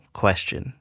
question